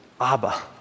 Abba